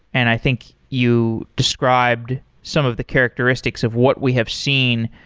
and i think you described some of the characteristics of what we have seen.